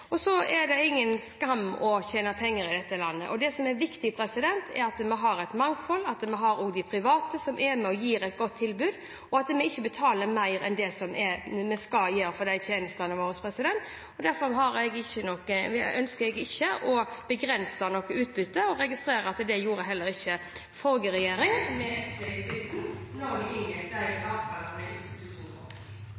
åpne. Så de ideelle har gode muligheter til å være med på dette. Det er ingen skam å tjene penger i dette landet. Det som er viktig, er at vi har et mangfold, at vi har de private som er med på å gi et godt tilbud, og at vi ikke betaler mer enn vi skal for tjenestene. Derfor ønsker jeg ikke å begrense utbyttet. Jeg registrerer at det gjorde heller ikke forrige regjering, med SV i spissen, da de inngikk avtalene i 2010. Replikkordskiftet er omme. Nei, det er ingen